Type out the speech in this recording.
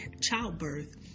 childbirth